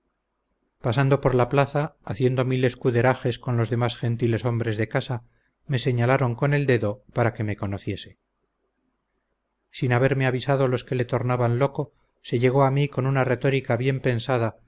pasando por la plaza haciendo mil escuderajes con los demás gentiles hombres de casa me señalaron con el dedo para que me conociese sin haberme avisado los que le tornaban loco se llegó a mí con una retórica bien pensada